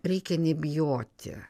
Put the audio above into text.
reikia nebijoti